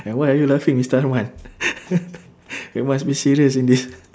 and why are you laughing mister arman we must be serious in this